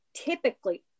typically